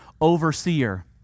overseer